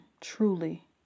truly